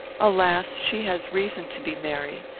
alas! she has reason to be merry.